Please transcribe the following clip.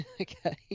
okay